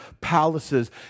palaces